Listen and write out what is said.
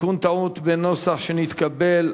(תיקון טעות בנוסח שנתקבל),